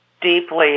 deeply